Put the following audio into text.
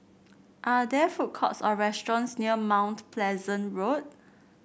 are there food courts or restaurants near Mount Pleasant Road